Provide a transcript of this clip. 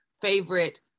favorite